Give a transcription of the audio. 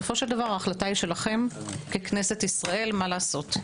ההחלטה היא שלכם ככנסת ישראל מה לעשות.